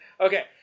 Okay